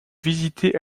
visiter